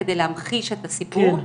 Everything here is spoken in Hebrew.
כדי להמחיש את הסיפור.